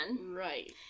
Right